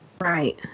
Right